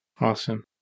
Awesome